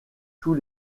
tous